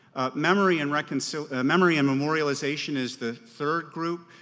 memory and like and so ah memory and memorialization is the third group.